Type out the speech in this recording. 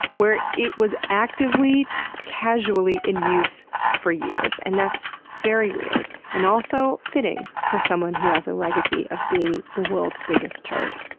where it was actively casually in use for years. and that's very weird and also fitting for someone who has a legacy of being the world's biggest turd.